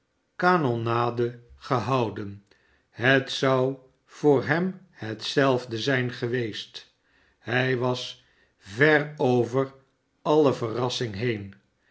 kanonade gehouden het zou voor hem hetzelfde zijn geweest hij was ver over alle verrassing heen